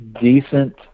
decent